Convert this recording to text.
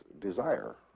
desire